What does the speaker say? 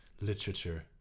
literature